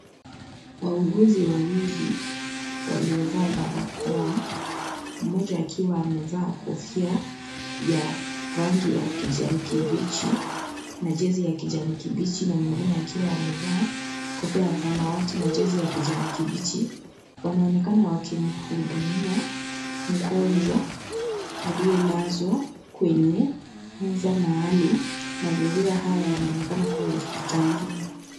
Wauguzi wawili, waliovaa barakoa. Mmoja akiwa amevaa kofia ya rangi ya kijani kibichi, na jezi ya kijani kibichi na mwingine akiwa amevaa kofia ya samawati na jezi ya kijani kibichi, wanaonekana wakimhudumia mgonjwa aliyelazwa kwenye meza maalum. Mazingira haya yanaonekana kuwa ya hospitalini.